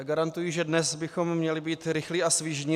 Garantuji, že dnes bychom měli být rychlí a svižní.